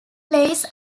plays